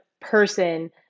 person